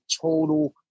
total